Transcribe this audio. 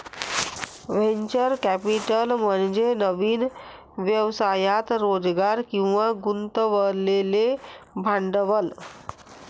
venture capital म्हणजे नवीन व्यवसायात रोजगार किंवा गुंतवलेले भांडवल